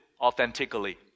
authentically